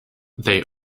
they